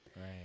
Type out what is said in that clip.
Right